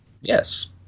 Yes